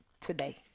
today